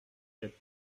quatre